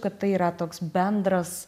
kad tai yra toks bendras